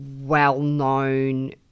well-known